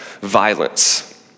violence